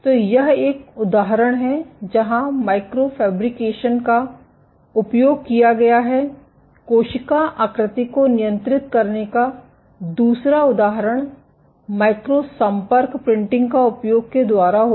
तो यह एक उदाहरण है जहां माइक्रोफैब्रिकेशन का उपयोग किया गया है कोशिका आकृति को नियंत्रित करने का दूसरा उदाहरण माइक्रो संपर्क प्रिंटिंग का उपयोग के द्वारा होता है